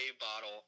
bottle